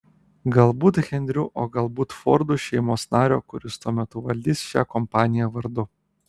galbūt henriu o galbūt fordų šeimos nario kuris tuo metu valdys šią kompaniją vardu